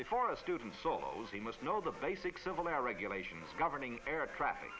before the student solos he must know the basic civil air regulations governing air traffic